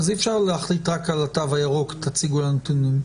אי-אפשר להחליט להציג נתונים רק על הנתונים.